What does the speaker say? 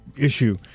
issue